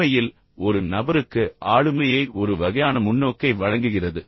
உண்மையில் ஒரு நபருக்கு ஆளுமையை ஒரு வகையான முன்னோக்கை வழங்குகிறது